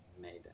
made